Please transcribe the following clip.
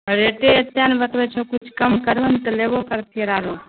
रेटे ऐतै ने बतबै छहो किछु कम करहो ने तऽ लेबो कैरतियै रऽ आरो